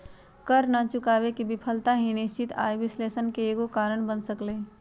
कर न चुकावे के विफलता भी निश्चित आय विश्लेषण के एगो कारण बन सकलई ह